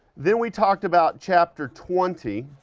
then we talked about chapter twenty,